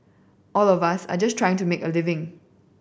all of us are just trying to make a living